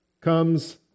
comes